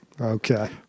Okay